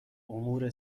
امور